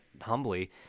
humbly